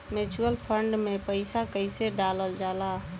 Mutual fund मे पईसा कइसे डालल जाला?